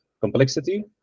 complexity